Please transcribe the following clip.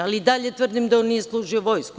Ali, i dalje tvrdim da on nije služio vojsku.